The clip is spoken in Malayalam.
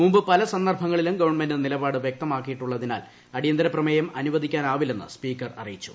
മുമ്പ് പല സന്ദർഭങ്ങളിലും ഗവൺമെന്റ് നിലപാട് വൃക്തമാക്കിയിട്ടുള്ളതിനാൽ അടിയന്തരപ്രമേയം അനുവദിക്കാനാവില്ലെന്ന് സ്പീക്കർ അറിയിച്ചു